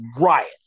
riot